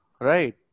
right